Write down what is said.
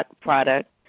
Product